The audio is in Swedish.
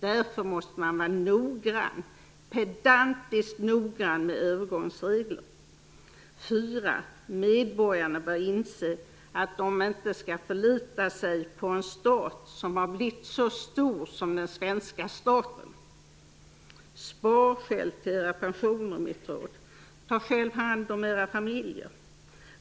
Därför måste man vara noggrann, pedantiskt noggrann, med övergångsregler. 4. Medborgarna börjar inse att de inte skall förlita på en stat som har blivit så stor som den svenska staten. Spar själv till era pensioner, är mitt råd. Ta själv hand om era familjer.